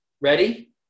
Ready